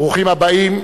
ברוכים הבאים.